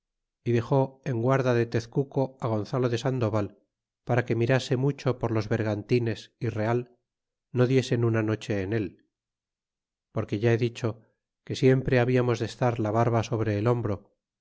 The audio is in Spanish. y dexó en guarda de tezcuco gonzalo de sandoval para que mirase mucho por los vergantines y real no diesen una noche en el porque ya he dicho que siempre habiamos de estar la barba sobre el hombro